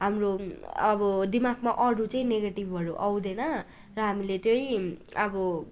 हाम्रो अब दिमागमा अरू चाहिँ नेगेटिभहरू आउँदैन र हामीले चाहिँ अब